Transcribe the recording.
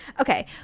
okay